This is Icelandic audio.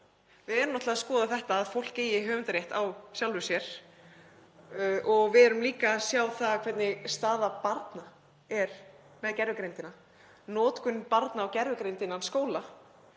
Við erum náttúrlega að skoða þetta að fólk eigi höfundarrétt á sjálfu sér og við sjáum líka hvernig staða barna er með gervigreindina, notkun barna á gervigreind innan skóla.